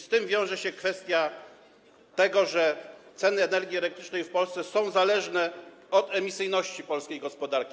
Z tym wiąże się kwestia tego, że ceny energii elektrycznej w Polsce są zależne od emisyjności polskiej gospodarki.